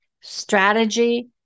strategy